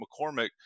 McCormick